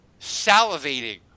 salivating